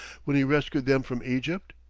when he rescued them from egypt?